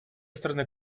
стороны